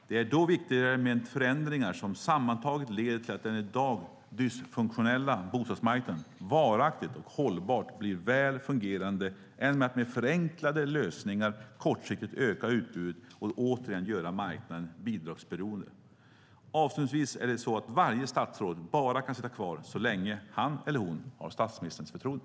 Det är då viktigare med förändringar som sammantaget leder till att den i dag "dysfunktionella bostadsmarknaden" varaktigt och hållbart blir väl fungerande än att med förenklade lösningar kortsiktigt öka utbudet och återigen göra marknaden bidragsberoende. Avslutningsvis är det så att varje statsråd bara kan sitta kvar så länge han eller hon har statsministerns förtroende.